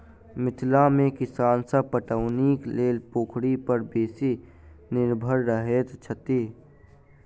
मिथिला मे किसान सभ पटौनीक लेल पोखरि पर बेसी निर्भर रहैत छथि